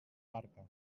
barca